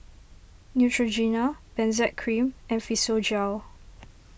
Neutrogena Benzac Cream and Physiogel